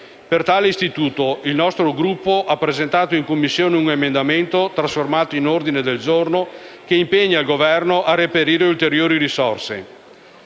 Per tale Istituto, il nostro Gruppo ha presentato in Commissione un emendamento trasformato in ordine del giorno, che impegna il Governo a reperire ulteriori risorse.